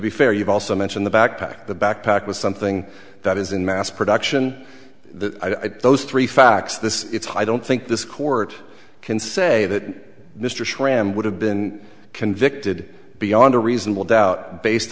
be fair you've also mentioned the backpack the backpack with something that is in mass production i think those three facts this i don't think this court can say that mr schramm would have been convicted beyond a reasonable doubt based